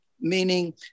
meaning